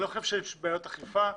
לדעתי אין בעיית אכיפה,